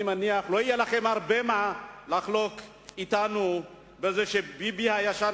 ואני מניח שלא יהיה לכם הרבה מה לחלוק עלינו בזה שביבי הישן